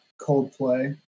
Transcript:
coldplay